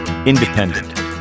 Independent